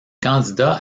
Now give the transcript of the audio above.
candidat